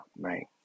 right